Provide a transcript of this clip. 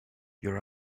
your